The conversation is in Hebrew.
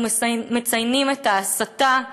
אנחנו מציינים את ההסתה,